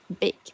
big